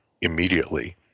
immediately